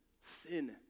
sin